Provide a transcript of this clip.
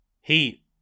Heat